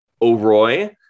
O'Roy